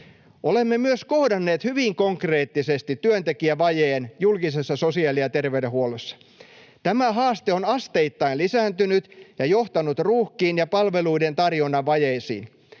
Olemme myös kohdanneet hyvin konkreettisesti työntekijävajeen julkisessa sosiaali- ja terveydenhuollossa. Tämä haaste on asteittain lisääntynyt ja johtanut ruuhkiin ja palveluiden tarjonnan vajeisiin.